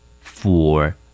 Four